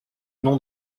nom